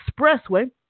Expressway